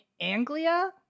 Anglia